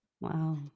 wow